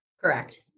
Correct